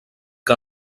que